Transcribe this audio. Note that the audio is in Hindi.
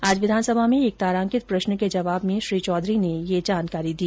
आज विधानसभा में एक ताराकित प्रश्न के जवाब में श्री चौधरी ने ये जानकारी दी